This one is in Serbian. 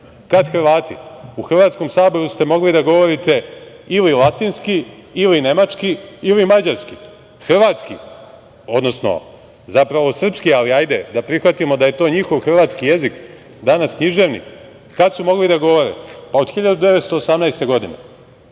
Kada Hrvati? U Hrvatskom saboru ste mogli da govorite ili latinski ili nemački ili mađarski. Hrvatski, zapravo srpski, ali hajde da prihvatimo da je to njihov hrvatski jezik danas književni, kada su mogli da govore? Pa od 1918. godine. Dakle,